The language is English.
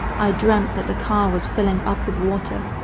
i dreamt that the car was filling up with water.